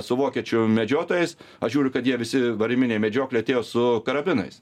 su vokiečių medžiotojais aš žiūriu kad jie visi varyminė medžioklė atėjo su karabinais